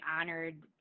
honored